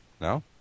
No